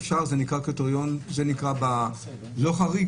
זה נקרא לא חריג?